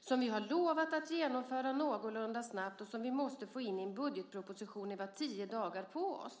som vi har lovat att genomföra någorlunda snabbt och som vi måste få in i en budgetproposition. Vi hade tio dagar på oss.